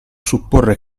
supporre